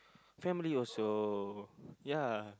family also ya